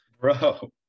Bro